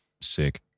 sick